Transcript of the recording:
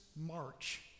March